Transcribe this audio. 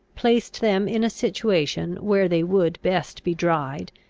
placed them in a situation where they would best be dried,